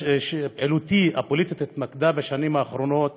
פעילותי הפוליטית התמקדה בשנים האחרונות